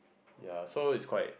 ya so is quite